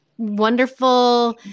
wonderful